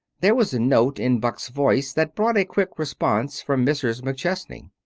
there was a note in buck's voice that brought a quick response from mrs. mcchesney.